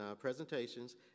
presentations